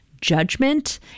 judgment